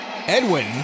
Edwin